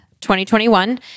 2021